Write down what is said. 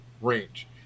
range